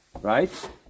right